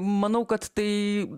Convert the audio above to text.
manau kad tai